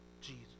Jesus